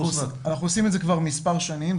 אנחנו עושים את זה כבר מספר שנים,